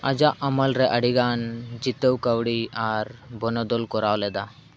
ᱟᱡᱟᱜ ᱟᱢᱚᱞᱨᱮ ᱟᱹᱰᱤᱜᱟᱱ ᱡᱤᱛᱟᱹᱣ ᱠᱟᱹᱣᱰᱤ ᱟᱨ ᱵᱚᱱᱚᱫᱚᱞ ᱠᱚᱨᱟᱣᱞᱮᱫᱟ